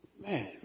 Man